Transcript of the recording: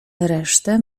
resztę